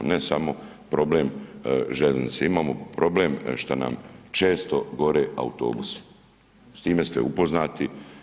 Ne samo problem željeznice, imamo problem šta nam često gore autobusi, s time ste upoznati.